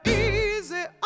easy